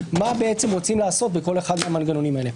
מה בעצם רוצים לעשות בכל אחד מהמנגנונים האלה.